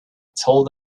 told